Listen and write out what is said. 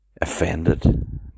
offended